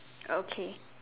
okay